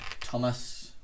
Thomas